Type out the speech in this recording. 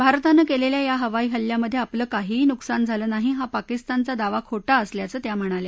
भारतानं केलेल्या या हवाई हल्ल्यामधे आपलं काहीही नुकसान झालं नाही हा पाकिस्तानचा दावा खोटा असल्याचं त्या म्हणाल्या